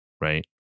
right